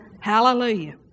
Hallelujah